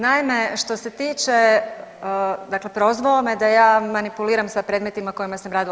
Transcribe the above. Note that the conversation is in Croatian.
Naime, što se tiče, dakle prozvao me da ja manipuliram sa predmetima kojima sam radila.